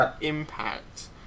impact